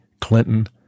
clinton